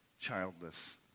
childless